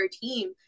team